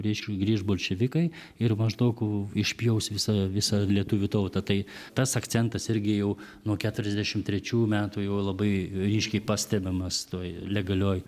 reiškia grįš bolševikai ir maždaug išpjaus visą visą lietuvių tautą tai tas akcentas irgi jau nuo keturiasdešimt trečių metų jau labai ryškiai pastebimas toj legalioj